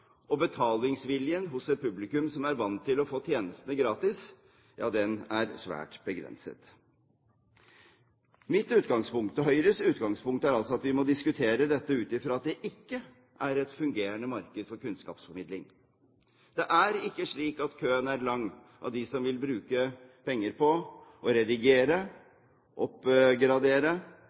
og betalingsviljen hos et publikum som er vant til å få tjenestene gratis, er svært begrenset. Mitt og Høyres utgangspunkt er altså at vi må diskutere dette ut fra at det ikke er et fungerende marked for kunnskapsformidling. Det er ikke slik at køen er lang av dem som vil bruke penger på å redigere, oppgradere